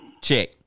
Check